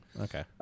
Okay